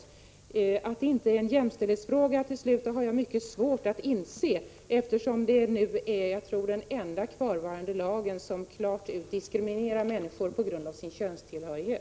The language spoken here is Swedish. Till slut: Att detta inte är en jämställdhetsfråga har jag mycket svårt att inse, eftersom jag tror att detta är den enda kvarvarande lag som klart diskriminerar människor på grund av könstillhörighet.